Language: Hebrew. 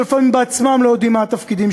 שלפעמים בעצמם לא יודעים מה התפקידים